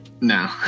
no